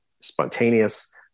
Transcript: spontaneous